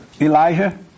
Elijah